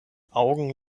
augen